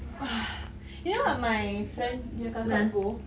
ah you know what my friend punya kakak go